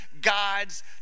God's